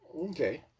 Okay